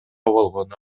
болгону